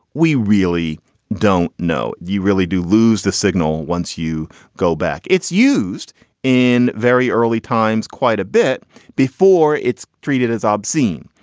we really don't know. you really do lose the signal once you go back. it's used in very early times, quite a bit before it's treated as obscene.